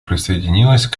присоединилась